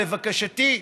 לבקשתי,